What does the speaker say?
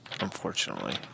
Unfortunately